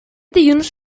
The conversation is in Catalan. dilluns